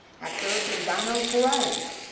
hector lozano perez.